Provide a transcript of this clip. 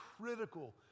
critical